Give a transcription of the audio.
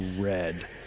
red